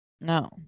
No